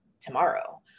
tomorrow